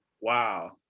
Wow